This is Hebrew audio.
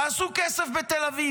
תעשו כסף בתל אביב,